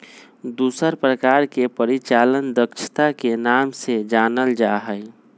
दूसर प्रकार के परिचालन दक्षता के नाम से जानल जा हई